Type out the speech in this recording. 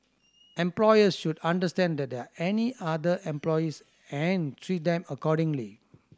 employers should understand that are any other employees and treat them accordingly